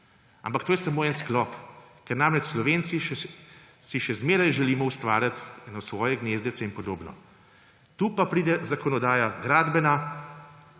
Ampak to je samo en sklop, ker namreč Slovenci si še vedno želimo ustvarjati eno svoje gnezdece in podobno. Tu pa pride gradbena